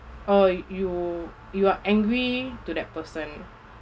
oh you you are angry to that person